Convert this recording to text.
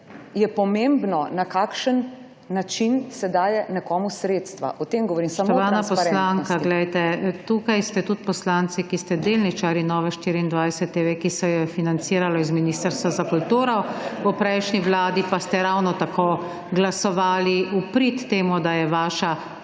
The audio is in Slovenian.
je pomembno, na kakšen način se daje nekomu sredstva. O tem govorim. **PODPREDSEDNICA NATAŠA SUKIČ**: Spoštovana poslanka, tukaj ste tudi poslanci, ki ste delničarji Nove24 TV, ki se jo je financiralo iz Ministrstva za kulturo v prejšnji vladi, pa ste ravno tako glasovali v prid temu, da je vaša